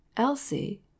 Elsie